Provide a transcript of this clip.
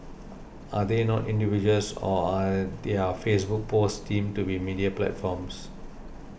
are they not individuals or are their Facebook posts deemed to be media platforms